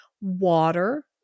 water